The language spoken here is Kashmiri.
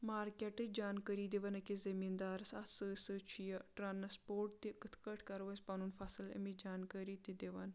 مارکیٹٕچ جانکٲری دوان اکس ذمیِندارس اتھ سۭتۍ سۭتۍ چھ یہِ ٹرانسپوٹ تہِ کتھ پٲٹھی کرو أسی پنن فصل امچ تہِ جانکٲری دوان